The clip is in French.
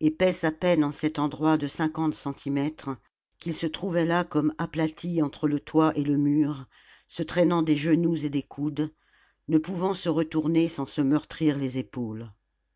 épaisse à peine en cet endroit de cinquante centimètres qu'ils se trouvaient là comme aplatis entre le toit et le mur se traînant des genoux et des coudes ne pouvant se retourner sans se meurtrir les épaules